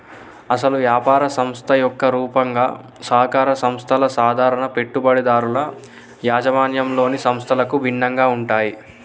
అసలు యాపార సంస్థ యొక్క రూపంగా సహకార సంస్థల సాధారణ పెట్టుబడిదారుల యాజమాన్యంలోని సంస్థలకు భిన్నంగా ఉంటాయి